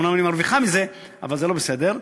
אומנם אני מרוויחה מזה אבל זה לא בסדר.